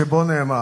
שבו נאמר: